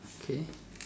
okay